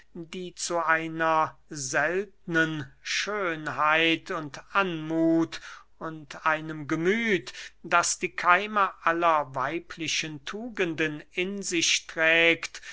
die zu einer seltnen schönheit und anmuth und einem gemüth das die keime aller weiblichen tugenden in sich trägt